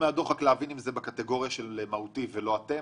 מהדוח כדי להבין אם זה בקטגוריה של המהותי וזה לא נוגע אליכם,